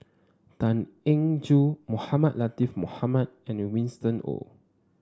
Tan Eng Joo Mohamed Latiff Mohamed and Winston Oh